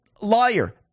liar